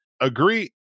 Agree